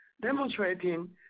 demonstrating